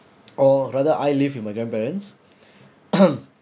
or rather I live with my grandparents